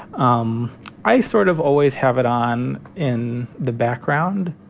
um i sort of always have it on in the background